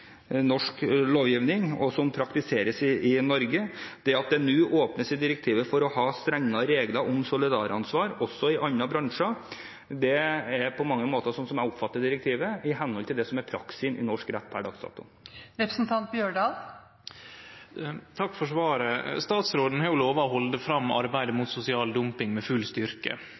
norsk lovgivning, og som praktiseres i Norge. Det at det nå i direktivet åpnes for å ha strengere regler om solidaransvar også i andre bransjer, er på mange måter – slik jeg oppfatter direktivet – i henhold til det som er praksis i norsk rett per dags dato. Takk for svaret. Statsråden har lova å halde fram arbeidet mot sosial dumping med full styrke.